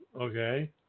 Okay